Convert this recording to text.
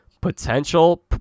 potential